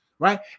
right